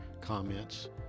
comments